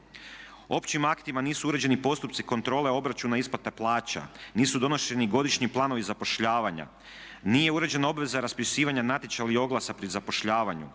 Općim aktima nisu uređeni postupci kontrole obračuna isplate plaća. Nisu donošeni godišnji planovi zapošljavanja. Nije uređena obveza raspisivanja natječaja i oglasa pri zapošljavanju.